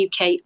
uk